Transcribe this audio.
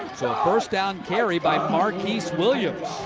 first down carry by marquiz williams.